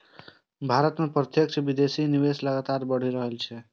भारत मे प्रत्यक्ष विदेशी निवेश लगातार बढ़ि रहल छै